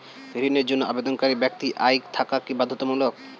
ঋণের জন্য আবেদনকারী ব্যক্তি আয় থাকা কি বাধ্যতামূলক?